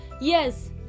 Yes